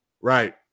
Right